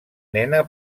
nena